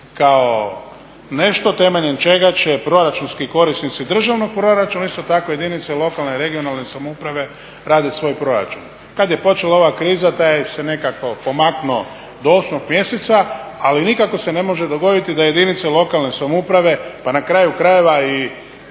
kao nešto temeljem čega će proračunski korisnici državnog proračuna, isto tako jedinice lokalne, regionalne samouprave radit svoj proračun. Kada je počela ova kriza taj se nekako pomaknuo do 8. mjeseca ali nikako se ne možemo dogoditi da jedinice lokalne samouprave pa na kraju krajeva i